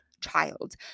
child